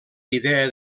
idea